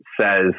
says